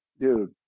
dude